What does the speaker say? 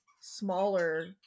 smaller